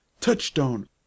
Touchstone